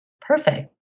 perfect